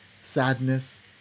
sadness